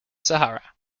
sahara